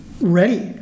ready